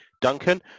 Duncan